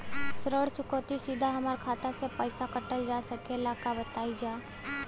ऋण चुकौती सीधा हमार खाता से पैसा कटल जा सकेला का बताई जा?